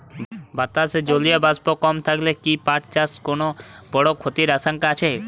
বাতাসে জলীয় বাষ্প কম থাকলে কি পাট চাষে কোনো বড় ক্ষতির আশঙ্কা আছে?